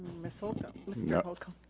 miss holcomb, mr. holcomb.